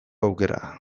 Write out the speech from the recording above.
aukera